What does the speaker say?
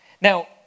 Now